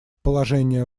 положение